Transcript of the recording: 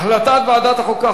החלטת ועדת החוקה,